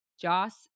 Joss